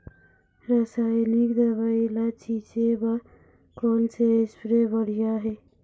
रासायनिक दवई ला छिचे बर कोन से स्प्रे बढ़िया हे?